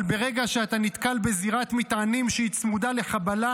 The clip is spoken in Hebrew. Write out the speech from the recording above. אבל ברגע שאתה נתקל בזירת מטענים שהיא צמודה לחבלה,